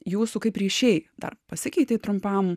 jūsų kaip ryšiai dar pasikeitei trumpam